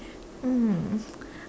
um